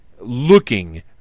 looking